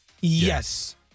Yes